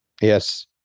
Yes